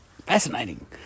Fascinating